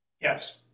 Yes